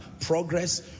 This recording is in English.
progress